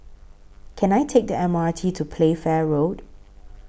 Can I Take The M R T to Playfair Road